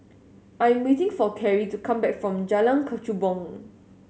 I'm waiting for Karrie to come back from Jalan Kechubong